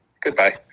Goodbye